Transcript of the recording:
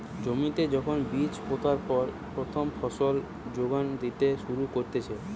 জমিতে যখন বীজ পোতার পর প্রথম ফসল যোগান দিতে শুরু করতিছে